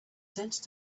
sense